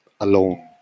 alone